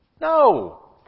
No